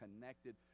connected